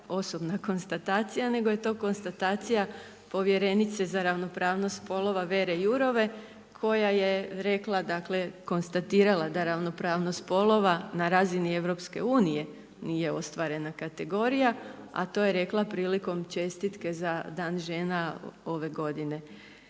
osobna konstatacija nego je to konstatacija povjerenice za ravnopravnost spolova Vere Jourove koja je rekla dakle konstatirala da ravnopravnost spolova na razini EU nije ostvarena kategorija a to je rekla prilikom čestitke za dan žena ove godine.